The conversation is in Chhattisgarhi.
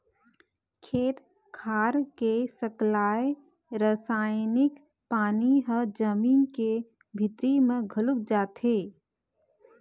खेत खार के सकलाय रसायनिक पानी ह जमीन के भीतरी म घलोक जाथे